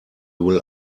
will